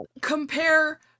compare